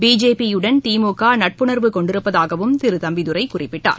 BJP யுடன் திமுக நட்புணர்வு கொண்டிருப்பதாகவும் திரு தம்பிதுரை குறிப்பிட்டார்